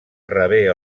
rebé